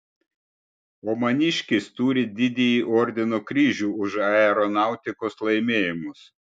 o maniškis turi didįjį ordino kryžių už aeronautikos laimėjimus